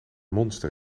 monster